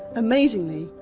amazingly,